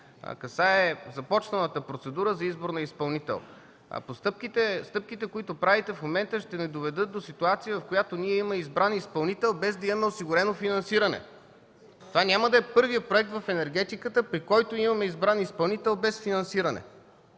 касае започналата процедура за избор на изпълнител. Стъпките, които правите в момента, ще ни доведат до ситуация, в която ние имаме избран изпълнител, без да имаме осигурено финансиране. Това няма да е първият проект в енергетиката, при който имаме избран изпълнител без финансиране.